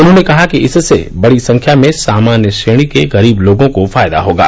उन्होंने कहा कि इससे बड़ी संख्या में सामान्य श्रेणी के गरीब लोगों को फायदा होगा